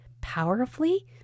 powerfully